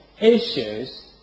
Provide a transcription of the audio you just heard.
issues